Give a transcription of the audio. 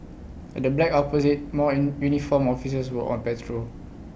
at the black opposite more an uniformed officers were on patrol